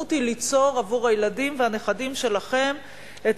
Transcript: המשמעות היא ליצור עבור הילדים והנכדים שלכם את